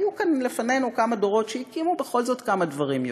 היו כאן לפנינו כמה דורות שהקימו בכל זאת כמה דברים יפים.